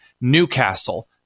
newcastle